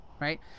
right